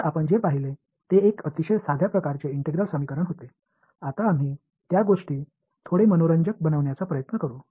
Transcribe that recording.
எனவே நீங்கள் பார்த்தது மிகவும் எளிமையான ஒருங்கிணைந்த சமன்பாடு இப்போது நாம் விஷயங்களை இன்னும் சுவாரஸ்யமாக்க முயற்சிப்போம்